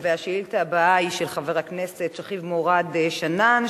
השאילתא הבאה היא של חבר הכנסת שכיב מוראד שנאן,